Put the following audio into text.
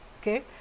okay